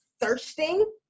thirsting